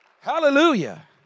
Hallelujah